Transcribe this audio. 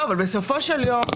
בסופו של יום,